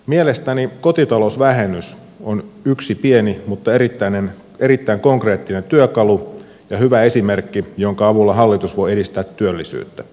mielestäni kotitalousvähennys on yksi pieni mutta erittäin konkreettinen työkalu ja hyvä esimerkki jonka avulla hallitus voi edistää työllisyyttä